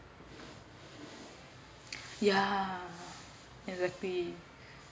yeah exactly